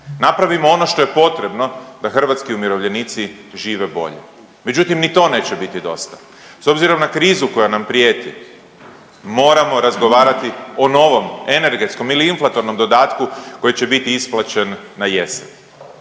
napravimo ono što je potrebno da hrvatski umirovljenici žive bolje, međutim ni to neće biti dosta. S obzirom na krizu koja nam prijeti moramo razgovarati o novom energetskom ili inflatornom dodatku koji će biti isplaćen na jesen,